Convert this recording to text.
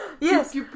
yes